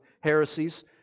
heresies